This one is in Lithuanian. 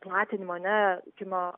platinimo ar ne kino